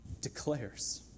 declares